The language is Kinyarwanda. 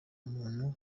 muntu